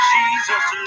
Jesus